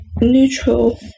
neutral